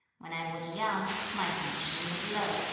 when i was young, my condition was low,